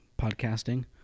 podcasting